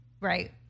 Right